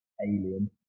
alien